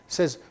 says